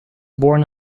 born